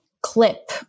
Clip